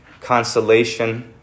consolation